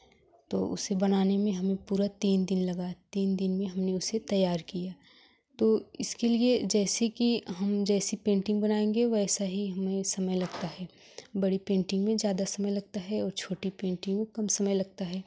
तो उसे बनाने में हमें पूरा तीन दिन लगा तीन दिन में हमने उसे तैयार किया तो इसके लिए जैसे कि हम जैसी पेंटिंग बनाएँगे वैसा ही हमें समय लगता है बड़ी पेंटिंग में ज़्यादा समय लगता है और छोटी पेंटिंग में कम समय लगता है